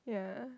yeah